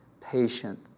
patient